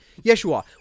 Yeshua